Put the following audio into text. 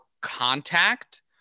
contact